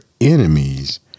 enemies